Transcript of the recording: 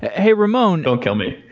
hey, ramon don't kill me